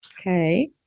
Okay